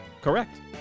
Correct